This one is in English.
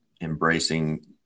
embracing